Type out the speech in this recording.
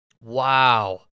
Wow